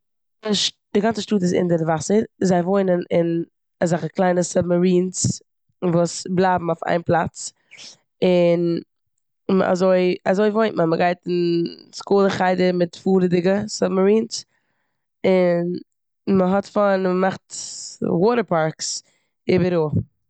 די גאנצע שטאט איז אונטער די וואסער און זיי וואוינען אין אזעלכע קליינע סובמארינס וואס בלייבן אויף איין פלאץ און מ- אזוי- אזוי וואוינט מען. מ'גייט אין סקול און חדר מיט פארעדיגע סובמארינס און מ'האט פאן און מ'מאכט ס- וואטער פארקס איבעראל.